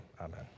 Amen